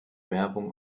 werbung